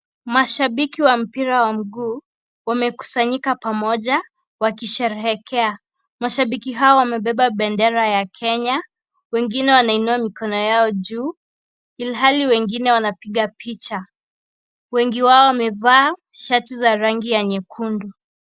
Mashabiki wa mpira wa mguu wamekusanyika pamoja wakisherehekea . Mashabiki hawa wamebeba bendera ya Kenya wengine wanainua mikono yao juu ilhali wengine wanapiga picha , wengi wao wamevaa shati za rangi ya nyekundu.